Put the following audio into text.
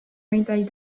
médaille